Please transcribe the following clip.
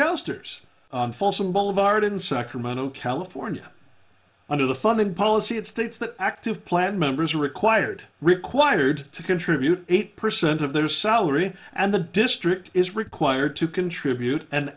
calendars folsom boulevard in sacramento california under the thumb in policy it states that active plan members are required required to contribute eight percent of their salary and the district is required to contribute and